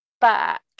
back